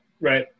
Right